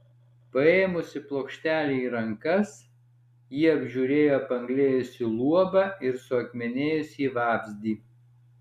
paėmusi plokštelę į rankas ji apžiūrėjo apanglėjusį luobą ir suakmenėjusį vabzdį